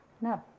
No